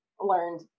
learned